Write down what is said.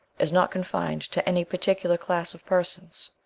is not confined to any particular class of persons.